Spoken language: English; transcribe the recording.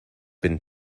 been